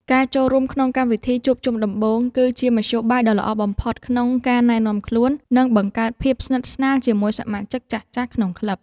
ការចូលរួមក្នុងកម្មវិធីជួបជុំដំបូង គឺជាមធ្យោបាយដ៏ល្អបំផុតក្នុងការណែនាំខ្លួន និងបង្កើតភាពស្និទ្ធស្នាលជាមួយសមាជិកចាស់ៗក្នុងក្លឹប។